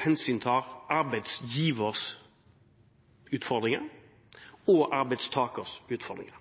hensyntar både arbeidsgivers utfordringer og arbeidstakers utfordringer.